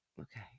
Okay